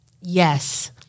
Yes